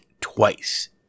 twice